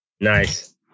Nice